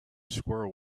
squirrel